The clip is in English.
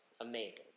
Amazing